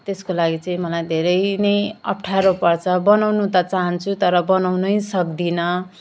त्यसको लागि चाहिँ मलाई धेरै नै अप्ठ्यारो पर्छ बनाउनु त चाहन्छु तर बनाउनै सक्दिनँ